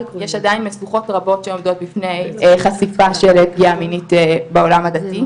יש עדיין משוכות רבות שעומדות בפני חשיפה של פגיעה מינית בעולם הדתי.